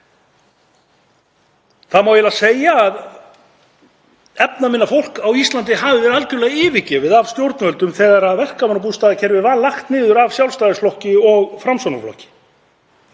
Það má eiginlega segja að efnaminna fólk á Íslandi hafi verið algjörlega yfirgefið af stjórnvöldum þegar verkamannabústaðakerfið var lagt niður af Sjálfstæðisflokki og Framsóknarflokki.